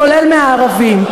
כולל מהערבים.